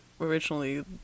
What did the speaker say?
originally